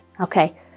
Okay